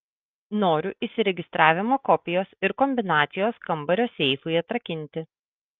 noriu įsiregistravimo kopijos ir kombinacijos kambario seifui atrakinti